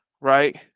right